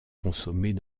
consommées